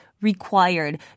required